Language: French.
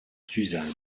susan